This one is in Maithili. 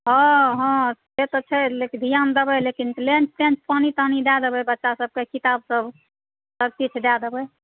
हँ हँ से तऽ छै लेकिन ध्यान देबै लेकिन लँच तँच पानी तानी दए देबै बच्चासभकेँ किताबसभ सभकिछु दए देबै